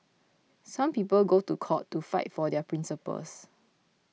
some people go to court to fight for their principles